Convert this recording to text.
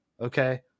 okay